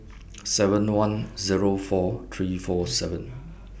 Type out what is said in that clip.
seven one Zero four three four seven